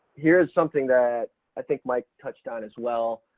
here's something that i think mike touched on as well.